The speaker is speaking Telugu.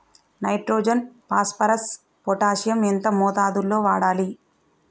నైట్రోజన్ ఫాస్ఫరస్ పొటాషియం ఎంత మోతాదు లో వాడాలి?